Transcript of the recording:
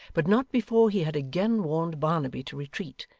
but not before he had again warned barnaby to retreat,